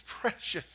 precious